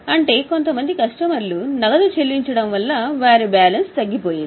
అంటే కొంతమంది కస్టమర్లు నగదు చెల్లించడం వల్ల వారి బ్యాలెన్స్ తగ్గిపోయింది